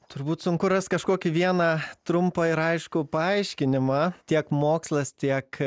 turbūt sunku rast kažkokį vieną trumpą ir aiškų paaiškinimą tiek mokslas tiek